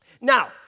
Now